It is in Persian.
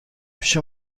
پیش